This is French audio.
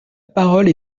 parole